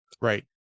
Right